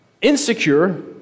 Insecure